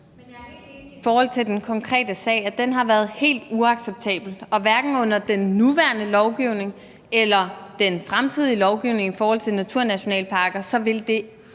jeg er helt enig i forhold til den konkrete sag, altså at den har været helt uacceptabel, og hverken under den nuværende lovgivning eller den fremtidige lovgivning i forhold til naturnationalparker vil det